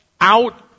out